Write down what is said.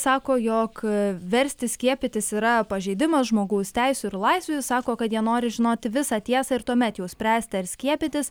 sako jog versti skiepytis yra pažeidimas žmogaus teisių ir laisvių sako kad jie nori žinoti visą tiesą ir tuomet jau spręsti ar skiepytis